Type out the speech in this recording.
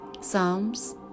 Psalms